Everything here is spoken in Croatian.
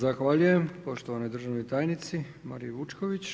Zahvaljujem poštovanoj državnoj tajnici Mariji Vučković.